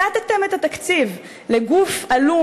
הסטתם את התקציב לגוף עלום,